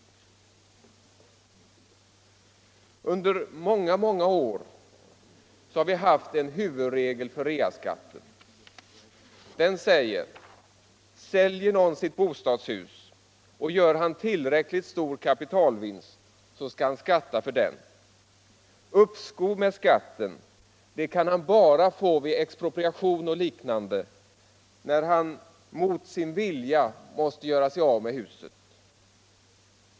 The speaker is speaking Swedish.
Under många år har vi haft en huvudregel för reaskatten. Den säger: Säljer någon sitt bostadshus och gör han tillräckligt stor kapitalvinst skall han skatta för den. Uppskov med skatten kan han bara få vid expropriation och liknande när han mot sin vilja måste göra sig av med huset.